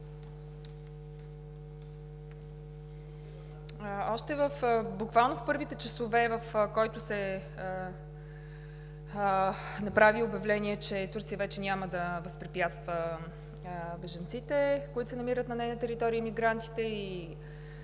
Буквално в първите часове, в които се направи обявление, че Турция вече няма да възпрепятства бежанците, които се намират на нейна територия, Министерството